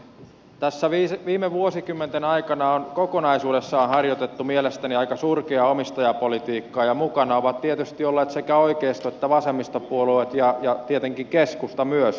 tässä viime vuosikymmenten aikana on kokonaisuudessaan harjoitettu mielestäni aika surkeaa omistajapolitiikkaa ja mukana ovat tietysti olleet sekä oikeisto että vasemmistopuolueet ja tietenkin keskusta myös